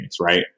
Right